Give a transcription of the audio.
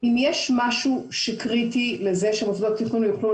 האם זה נוהג שחייב לחול או